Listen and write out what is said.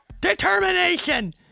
determination